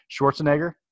schwarzenegger